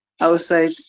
outside